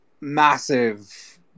Massive